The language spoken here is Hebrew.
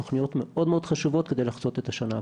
תוכניות מאוד חשובות כדי לחצות את השנה הקרובה.